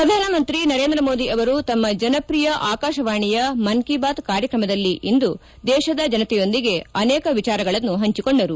ಪ್ರಧಾನಮಂತ್ರಿ ನರೇಂದ್ರ ಮೋದಿ ಅವರು ತಮ್ಮ ಜನಪ್ರಿಯ ಅಕಾಶವಾಣಿಯ ಮನ್ ಕಿ ಬಾತ್ ಕಾರ್ಯಕ್ರಮದಲ್ಲಿಂದು ದೇಶದ ಜನತೆಯೊಂದಿಗೆ ಅನೇಕ ವಿಚಾರಗಳನ್ನು ಹಂಚಿಕೊಂಡರು